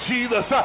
Jesus